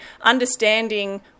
understanding